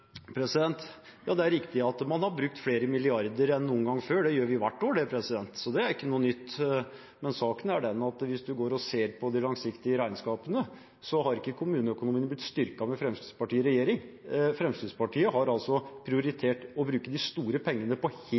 Det er riktig at man har brukt flere milliarder enn noen gang før. Det gjør vi hvert år, det. Så det er ikke noe nytt. Saken er den at hvis man ser på de langsiktige regnskapene, har ikke kommuneøkonomien blitt styrket med Fremskrittspartiet i regjering. Fremskrittspartiet har prioritert å bruke de store pengene på